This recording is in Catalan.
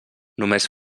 només